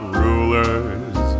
rulers